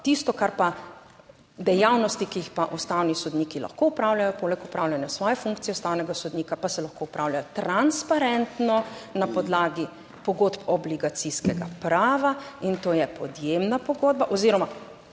Tisto, kar pa dejavnosti, ki jih pa ustavni sodniki lahko opravljajo, poleg opravljanja svoje funkcije ustavnega sodnika, pa se lahko opravljajo transparentno na podlagi pogodb obligacijskega prava. In to je podjemna pogodba oziroma,